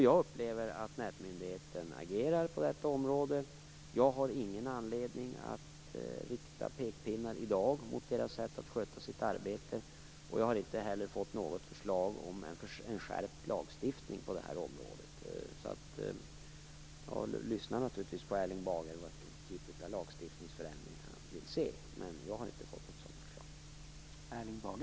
Jag upplever att nätmyndigheten agerar på detta område. Jag har ingen anledning att i dag rikta pekpinnar mot dess sätt att sköta sitt arbete. Jag har inte heller fått något förslag om en skärpt lagstiftning på det här området. Jag lyssnar naturligtvis på Erling Bager för att höra vilken typ av lagstiftningsförändringar han vill se. Men jag har inte fått något sådant här förslag.